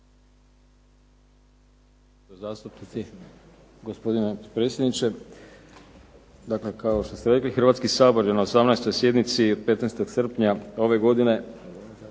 Hrvatski sabor je na 18. sjednici 15. srpnja ove godine,